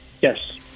Yes